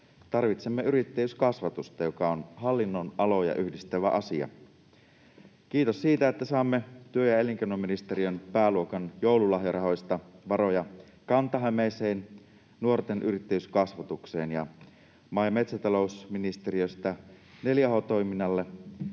Tarvitsemme yrittäjyyskasvatusta, joka on hallinnonaloja yhdistävä asia. Kiitos siitä, että saamme työ- ja elinkeinoministeriön pääluokan joululahjarahoista varoja Kanta-Hämeeseen nuorten yrittäjyyskasvatukseen, maa- ja metsätalousministeriöstä 4H-toiminnalle